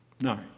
No